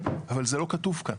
אבל, זה לא כתוב כאן.